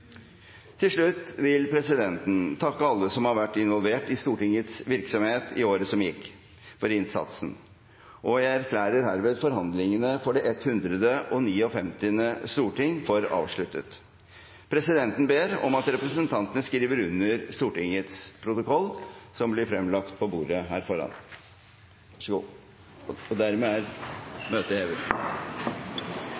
Til slutt vil presidenten takke alle som har vært involvert i Stortingets virksomhet i året som gikk, for innsatsen, og jeg erklærer herved forhandlingene i det 159. storting for avsluttet. Presidenten ber om at representantene skriver under Stortingets protokoll som blir fremlagt på bordet her foran.